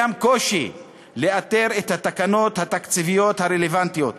יש קושי לאתר את התקנות התקציביות הרלוונטיות.